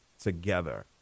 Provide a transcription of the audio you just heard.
together